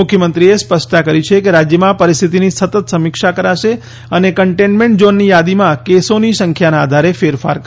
મુખ્યમંત્રીએ સ્પષ્ટતા કરી છે કે રાજ્યમાં પરિસ્થિતિની સતત સમીક્ષા કરાશે અને કન્ટેનમેન્ટ ઝોનની યાદીમાં કેસોની સંખ્યાના આધારે ફેરફાર કરાશે